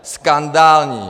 Skandální!